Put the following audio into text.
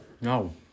No